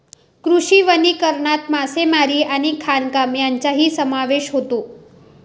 कृषी वनीकरणात मासेमारी आणि खाणकाम यांचाही समावेश होतो